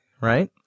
right